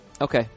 Okay